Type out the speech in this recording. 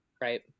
Right